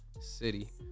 city